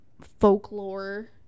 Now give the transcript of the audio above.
folklore